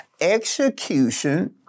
execution